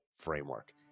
framework